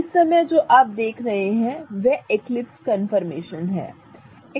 इस समय जो आप देख रहे हैं वह एक्लिप्स कन्फर्मेशन है